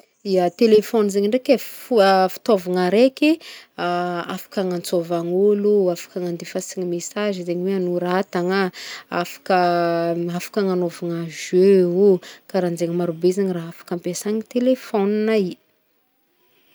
Ya, telefony zegny ndraiky e, foa- fitaovagna araiky, afaka hagnantsôvan'olo, afaka hanandefasagny mesazy, zegny hoe hagnoratagna, afaka afaka hagnagnaovana jeu ô, karahanjegny, marobe zegny raha afaka ampiasagny telefona i.